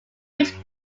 which